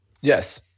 Yes